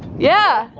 yeah.